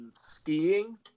skiing